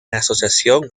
asociación